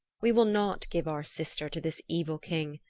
we will not give our sister to this evil king.